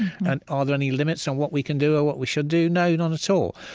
and are there any limits on what we can do or what we should do? no, none so